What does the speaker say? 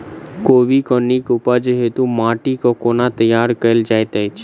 कोबी केँ नीक उपज हेतु माटि केँ कोना तैयार कएल जाइत अछि?